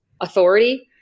authority